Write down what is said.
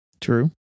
True